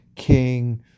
King